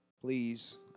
please